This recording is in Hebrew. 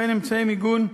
וכן אמצעי מיגון,